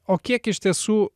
o kiek iš tiesų